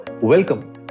welcome